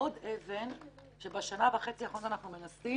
עוד אבן שבשנה וחצי האחרונות אנחנו מנסים